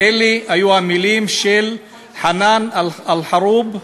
אלה היו המילים של חנאן אל-חרוב,